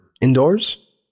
indoors